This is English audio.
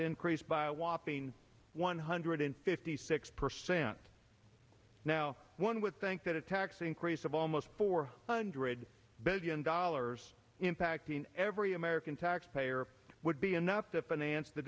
increase by a whopping one hundred fifty six percent now one would think that a tax increase of almost four hundred billion dollars impacting every american taxpayer would be enough to finance the